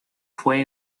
fue